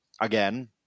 again